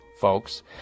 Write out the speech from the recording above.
folks